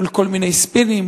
מול כל מיני ספינים,